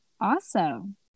Awesome